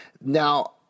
Now